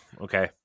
Okay